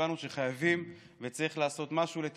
הבנו שחייבים לעשות משהו כדי לתקן,